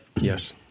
Yes